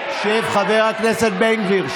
שב, חבר הכנסת בן גביר.